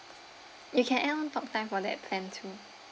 you can add on talk time for that plan too